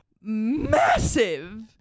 massive